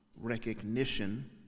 recognition